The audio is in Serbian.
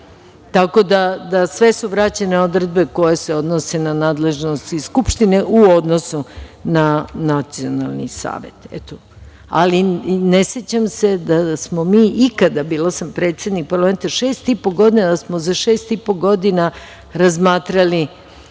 tako da su sve vraćene odredbe koje se odnose na nadležnosti Skupštine u odnosu na Nacionalni savet. Ne sećam se da smo mi ikada, bila sam predsednik parlamenta šest i po godina, da smo za šest i po godina razmatrali